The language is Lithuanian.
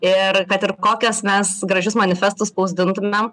ir kad ir kokius mes gražius manifestus spausdintumėm